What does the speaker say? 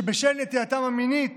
שבשל נטייתם המינית